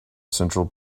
central